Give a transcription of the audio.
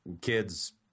kids